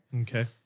Okay